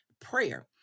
prayer